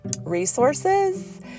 resources